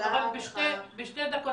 בשתי דקות.